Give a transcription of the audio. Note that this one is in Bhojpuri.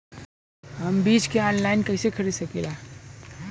हम बीज के आनलाइन कइसे खरीद सकीला?